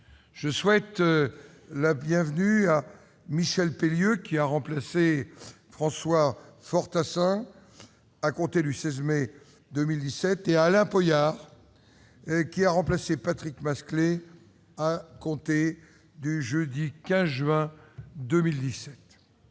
Je souhaite la bienvenue à M. Michel Pélieu, qui a remplacé François Fortassin à compter du 16 mai 2017, et à M. Alain Poyart, qui a remplacé Patrick Masclet à compter du jeudi 15 juin 2017.